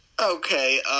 Okay